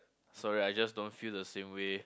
sorry I just don't feel the same way